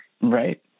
Right